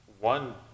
one